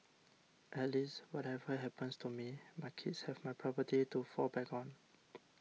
at least whatever happens to me my kids have my property to fall back on